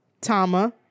Tama